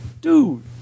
dude